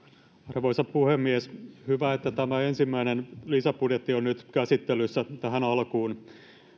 arvoisa puhemies hyvä että tämä ensimmäinen lisäbudjetti on nyt käsittelyssä tähän alkuun